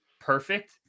perfect